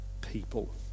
people